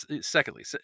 secondly